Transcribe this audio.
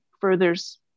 furthers